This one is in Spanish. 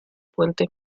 puentes